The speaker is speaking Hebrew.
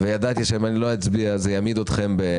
וידעתי שאם אני לא אצביע זה יביך אתכם